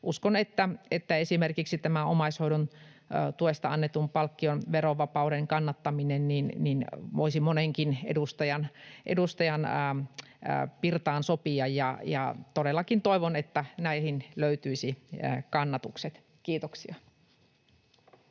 uskon, että esimerkiksi tämä omaishoidosta maksettavan palkkion verovapauden kannattaminen voisi monenkin edustajan pirtaan sopia, ja todellakin toivon, että näihin löytyisi kannatukset. — Kiitoksia.